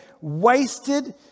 wasted